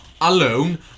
alone